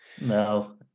No